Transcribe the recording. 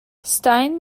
stein